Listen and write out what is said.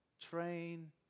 train